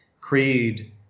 creed